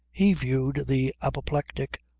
he viewed the apoplectic,